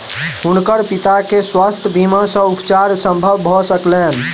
हुनकर पिता के स्वास्थ्य बीमा सॅ उपचार संभव भ सकलैन